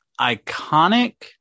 Iconic